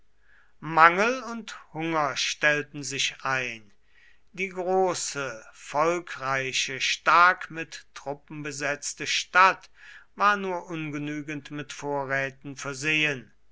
mangel und hunger stellten sich ein die große volkreiche stark mit truppen besetzte stadt war nur ungenügend mit vorräten versehen